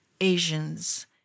Asians